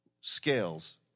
scales